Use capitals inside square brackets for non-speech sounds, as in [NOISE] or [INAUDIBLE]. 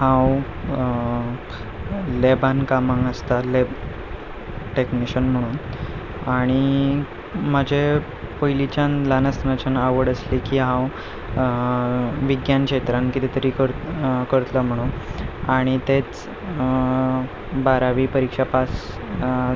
हांव लॅबांत कामाक आसता लॅब टॅक्निशन म्हणून आनी म्हजे पयलींच्यान ल्हान आसतनाच्यान आवड आसली की हांव विज्ञान क्षेत्रांत कितें तरी [UNINTELLIGIBLE] करतलो म्हणून आनी तेंच बारावी परिक्षा पास